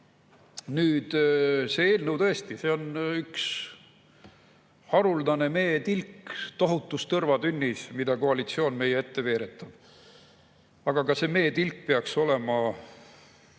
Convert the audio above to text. Nüüd, see eelnõu on tõesti üks haruldane meetilk tohutus tõrvatünnis, mida koalitsioon meie ette veeretab. Aga ka see meetilk peaks olema